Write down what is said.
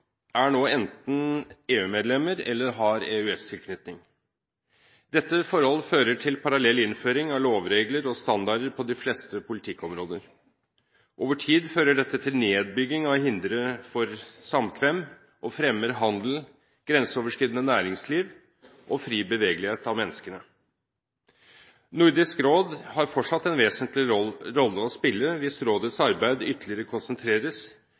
er nå enten EU-medlemmer eller har EØS-tilknytning. Dette forhold fører til parallell innføring av lovregler og standarder på de fleste politikkområder. Over tid fører dette til nedbygging av hindre for samkvem og fremmer handel, grenseoverskridende næringsliv og fri bevegelighet av menneskene. Nordisk råd har fortsatt en vesentlig rolle å spille hvis rådets arbeid ytterligere konsentreres,